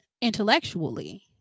intellectually